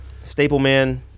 Stapleman